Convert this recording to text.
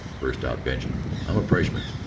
burst out benjamin. i'm a freshman.